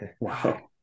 Wow